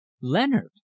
Leonard